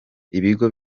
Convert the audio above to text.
ibigo